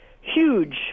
huge